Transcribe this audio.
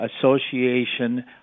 association